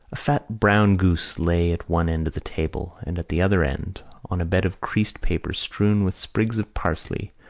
fat brown goose lay at one end of the table and at the other end, on a bed of creased paper strewn with sprigs of parsley,